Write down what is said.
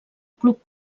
club